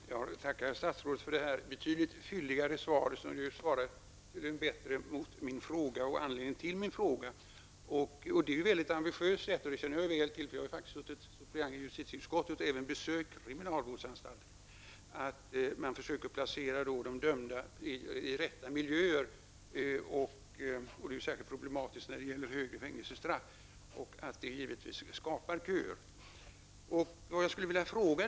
Herr talman! Jag tackar statsrådet för detta betydligt fylligare svar, som bättre svarar mot min fråga och anledningen till min fråga. Eftersom jag har suttit vid förhandlingarna i justitieutskottet och även har besökt kriminalvårdsanstalter kan jag säga att det är mycket ambitiöst att man försöker placera de dömda i rätta miljöer. Detta är särskilt problematiskt när det gäller längre fängelsestraff, och det skapar givetvis köer. Jag skulle utöver detta vilja ställa en fråga.